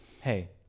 hey